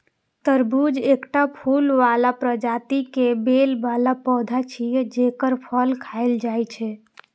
तरबूज एकटा फूल बला प्रजाति के बेल बला पौधा छियै, जेकर फल खायल जाइ छै